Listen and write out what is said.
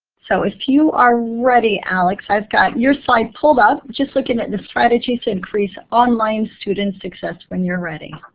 so if you are ready, alex, i've got your slide pulled up. just looking at the strategies to increase online student success when you're ready.